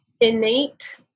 innate